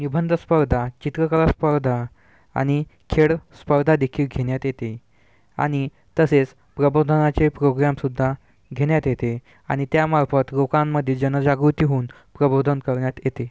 निबंध स्पर्धा चित्रकला स्पर्धा आणि खेळ स्पर्धादेखील घेण्यात येते आणि तसेच प्रबोधनाचे प्रोग्रॅमसुद्धा घेण्यात येते आणि त्यामार्फत लोकांमध्ये जनजागृती होऊन प्रबोधन करण्यात येते